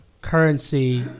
currency